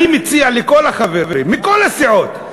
אני מציע לכל החברים מכל הסיעות,